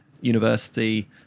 university